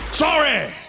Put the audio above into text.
Sorry